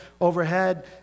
overhead